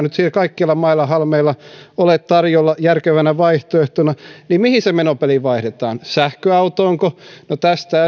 nyt kaikkialla mailla halmeilla ole tarjolla järkevänä vaihtoehtona joten mihin se menopeli vaihdetaan sähköautoonko no tästä